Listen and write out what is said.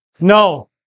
No